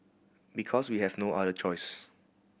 because we have no other choice